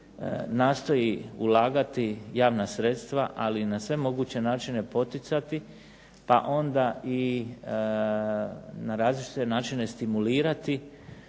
nastoji ulagati javna sredstva, ali i na sve moguće načine poticati pa onda i na različite načine stimulirati